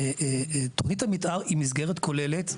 תוכנית המתאר היא מסגרת כוללת,